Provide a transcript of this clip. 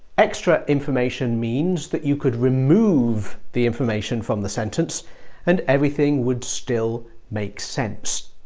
extra information means that you could remove the information from the sentence and everything would still make sense.